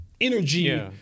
energy